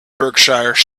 berkshire